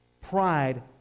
pride